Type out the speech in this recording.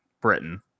britain